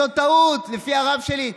זו טעות לפי הרב שלי.